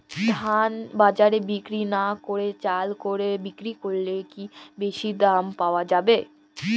ধান বাজারে বিক্রি না করে চাল কলে বিক্রি করলে কি বেশী দাম পাওয়া যাবে?